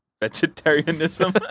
vegetarianism